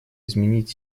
изменить